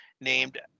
named